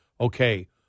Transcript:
okay